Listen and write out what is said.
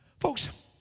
Folks